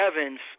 Evans